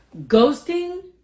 Ghosting